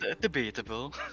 debatable